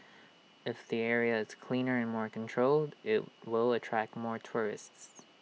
if the area is cleaner and more controlled IT will attract more tourists